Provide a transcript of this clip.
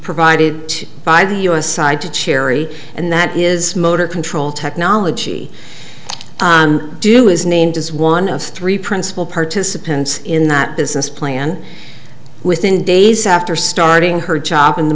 provided by the u s side to cherry and that is motor control technology do is named as one of three principal participants in that business plan within days after starting her job in the